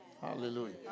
Hallelujah